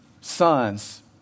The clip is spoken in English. sons